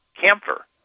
camphor